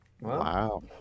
Wow